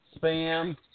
spam